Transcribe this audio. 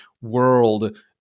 world